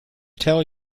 tell